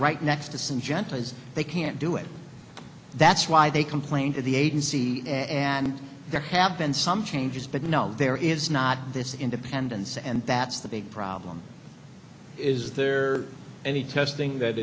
as they can't do it that's why they complained to the agency and there have been some changes but no there is not this independence and that's the big problem is there any testing that